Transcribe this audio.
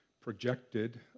projected